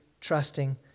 trusting